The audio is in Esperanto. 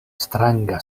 stranga